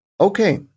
Okay